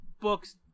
books